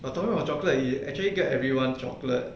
but talking about chocolate he actually get everyone chocolate